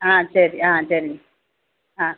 ஆ சரி ஆ சரிங்க ஆ